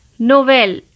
Novel